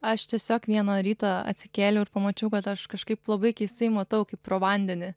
aš tiesiog vieną rytą atsikėliau ir pamačiau kad aš kažkaip labai keistai matau kaip pro vandenį